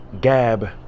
Gab